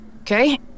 Okay